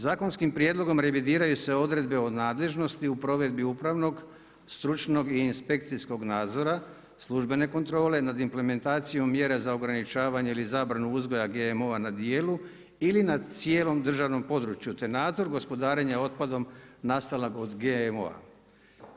Zakonskim prijedlogom revidiraju se odredbe o nadležnosti u provedbi upravnog stručnog i inspekcijskog nadzora službene kontrole nad implementacijom mjere za ograničavanja ili zabranu uzgoja GMO na dijelu ili na cijelom državnom području, te nadzor gospodarenje otpadom nastalog od GMO-a.